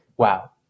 wow